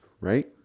right